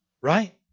Right